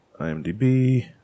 IMDb